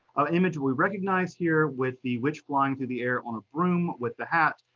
ah image we recognize here with the witch flying through the air on a broom with the hat.